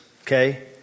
okay